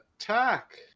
attack